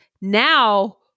now